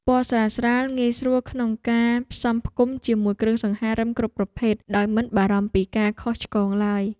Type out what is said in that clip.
ពណ៌ស្រាលៗងាយស្រួលក្នុងការផ្សំផ្គុំជាមួយគ្រឿងសង្ហារិមគ្រប់ប្រភេទដោយមិនបារម្ភពីការខុសឆ្គងឡើយ។